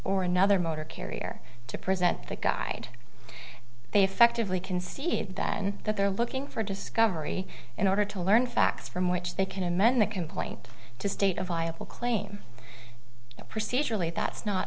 or another motor carrier to present the guide they effectively concede that and that they're looking for discovery in order to learn facts from which they can amend the can point to state a viable claim procedurally that's not